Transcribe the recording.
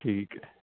ਠੀਕ ਹੈ